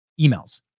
emails